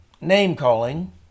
name-calling